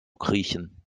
kriechen